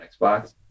Xbox